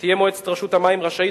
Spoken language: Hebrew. תהיה מועצת רשות המים רשאית,